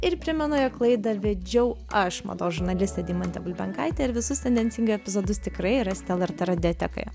ir primenu jog laidą vedžiau aš mados žurnalistė deimantė bulbenkaitė ir visus tendencingai epizodus tikrai rasite lrt radiotekoje